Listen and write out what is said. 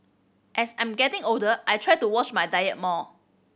as I'm getting older I try to watch my diet more